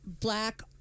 black